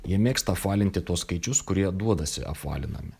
jie mėgsta apvalinti tuos skaičius kurie duodasi apvalinami